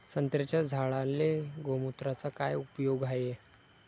संत्र्याच्या झाडांले गोमूत्राचा काय उपयोग हाये?